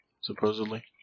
Supposedly